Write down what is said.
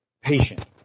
patient